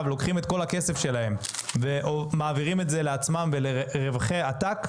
לוקחים את כל הכסף שלהם ומעבירים את זה לעצמם ולרווחי עתק,